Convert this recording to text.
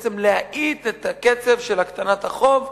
בעצם להאט את הקצב של הקטנת החוב,